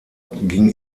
ging